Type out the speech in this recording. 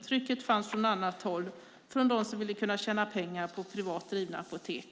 Trycket fanns från annat håll, från dem som ville tjäna pengar på privat drivna apotek.